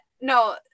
no